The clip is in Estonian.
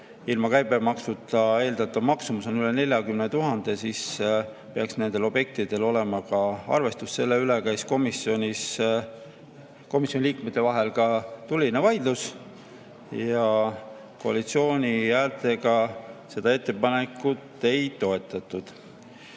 ilma käibemaksuta eeldatav maksumus on üle 40 000, siis peaks nendel objektidel olema ka arvestus. Selle üle käis komisjonis komisjoni liikmete vahel ka tuline vaidlus. Koalitsiooni häältega seda ettepanekut ei toetatud.